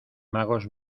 magos